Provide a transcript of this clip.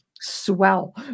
swell